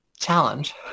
challenge